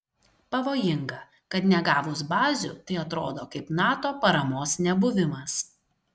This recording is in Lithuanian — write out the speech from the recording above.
pavojinga kad negavus bazių tai atrodo kaip nato paramos nebuvimas